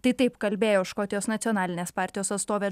tai taip kalbėjo škotijos nacionalinės partijos atstovė